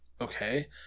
Okay